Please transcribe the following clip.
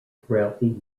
throughout